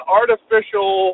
artificial